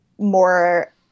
More